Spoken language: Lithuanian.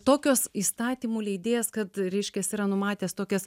tokios įstatymų leidėjas kad reiškias yra numatęs tokias